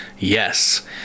Yes